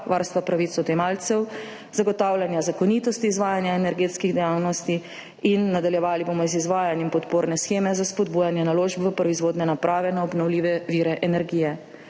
varstvom pravic odjemalcev, zagotavljanjem zakonitosti izvajanja energetskih dejavnosti in nadaljevali bomo z izvajanjem podporne sheme za spodbujanje naložb v proizvodne naprave za obnovljive vire energije.